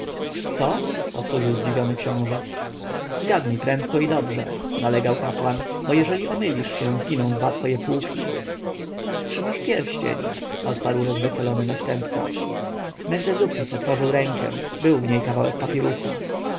co powtórzył zdziwiony książę zgadnij prędko i dobrze nalegał kapłan bo jeżeli omylisz się zginą dwa twoje pułki trzymasz pierścień odparł rozweselony następca mentezufis otworzył rękę był w niej kawałek papirusa a